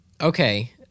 Okay